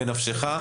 בנפשך.